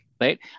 right